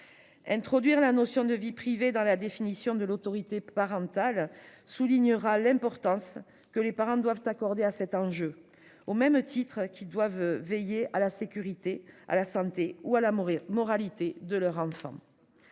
introduire la notion de vie privée dans la définition de l'autorité parentale soulignera l'importance que les parents doivent accorder à cette question, au même titre qu'ils doivent veiller à la sécurité, à la santé ou à la moralité de leur enfant.